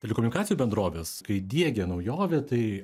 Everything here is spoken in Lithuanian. telekomunikacijų bendrovės kai diegė naujovę tai